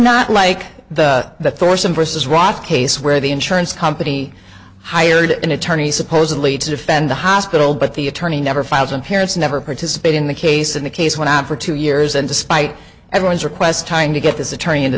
not like the the thorson versus rock case where the insurance company hired an attorney supposedly to defend the hospital but the attorney never files and parents never participate in the case in the case went on for two years and despite everyone's requests time to get his attorney into